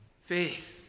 Faith